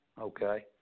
Okay